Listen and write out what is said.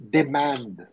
demand